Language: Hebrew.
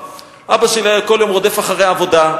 אבא שלי היה כל יום רודף אחרי העבודה,